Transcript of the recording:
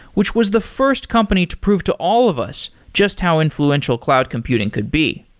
which was the first company to prove to all of us just how influential cloud computing could be.